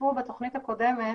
התווספו בתוכנית הקודמת